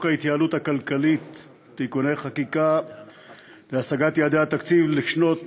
ההתייעלות הכלכלית (תיקוני חקיקה להשגת יעדי התקציב לשנות